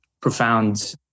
profound